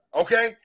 okay